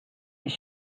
his